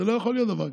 לא יכול להיות דבר כזה.